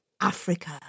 Africa